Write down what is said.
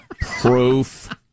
Proof